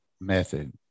method